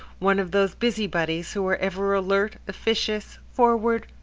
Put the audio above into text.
one of those busybodies who are ever alert, officious, forward,